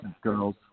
Girls